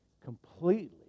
completely